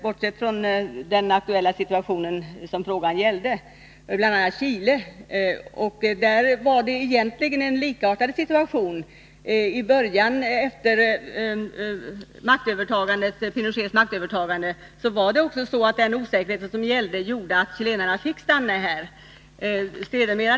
Bortsett från den aktuella situation som frågan gällde har han tagit upp bl.a. Chile. Där var det egentligen en likartad situation i början. Efter Pinochets maktövertagande gjorde den osäkerhet som rådde att chilenarna fick stanna kvar här.